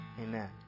Amen